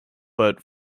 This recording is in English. but